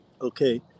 okay